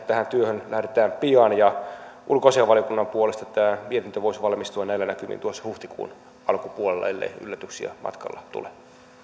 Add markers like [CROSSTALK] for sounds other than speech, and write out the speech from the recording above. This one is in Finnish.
[UNINTELLIGIBLE] tähän työhön lähdetään pian ulkoasiainvaliokunnan puolesta tämä mietintö voisi valmistua näillä näkymin huhtikuun alkupuolella ellei yllätyksiä matkalla tule